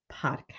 podcast